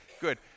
Good